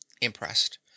impressed